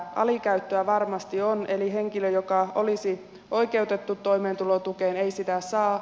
alikäyttöä varmasti on eli henkilö joka olisi oikeutettu toimeentulotukeen ei sitä saa